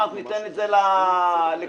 איך אנחנו נותנים להם את